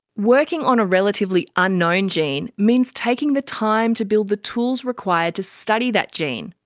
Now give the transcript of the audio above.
working on a relatively unknown gene means taking the time to build the tools required to study that gene,